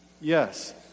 Yes